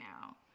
now